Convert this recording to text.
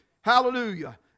hallelujah